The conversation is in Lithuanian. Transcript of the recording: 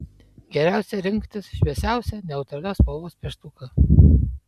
geriausia rinktis šviesiausią neutralios spalvos pieštuką